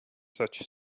such